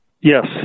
Yes